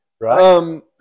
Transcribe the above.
Right